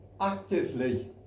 actively